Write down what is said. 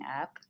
up